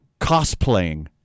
cosplaying